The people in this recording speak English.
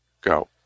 go